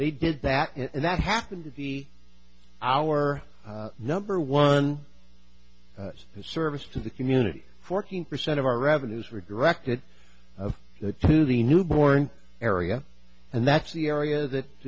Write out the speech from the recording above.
they did that and that happened to see our number one as a service to the community fourteen percent of our revenues were directed to the newborn area and that's the area that